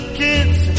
kids